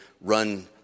run